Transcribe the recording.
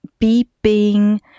beeping